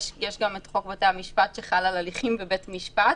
יש גם את חוק בתי המשפט שחל על הליכים בבית משפט,